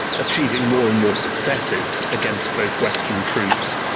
achieving more and more successes against both western troops,